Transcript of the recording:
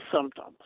symptoms